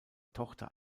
tochter